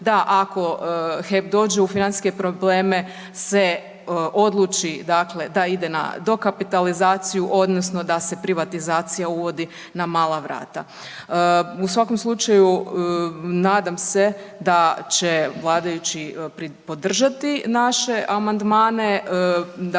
da ako HEP dođe u financijske probleme se odluči dakle da ide na dokapitalizaciju odnosno da se privatizacija uvodi na mala vrata. U svakom slučaju nadam se da će vladajući podržati naše amandmane,